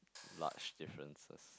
large differences